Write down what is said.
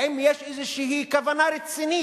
האם יש איזו כוונה רצינית